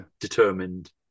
determined